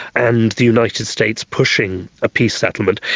and the united states pushing a peace settlement.